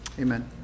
amen